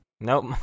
Nope